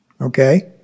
Okay